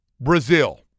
Brazil